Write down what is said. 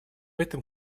этом